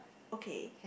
okay